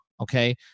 Okay